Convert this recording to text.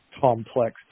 complex